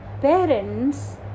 Parents